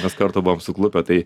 mes kartų buvom suklupę tai